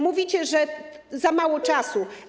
Mówicie, że za mało czasu.